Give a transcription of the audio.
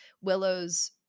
Willow's